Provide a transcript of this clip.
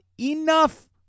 enough